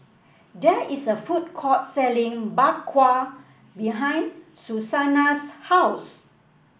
there is a food court selling Bak Kwa behind Susannah's house